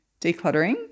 decluttering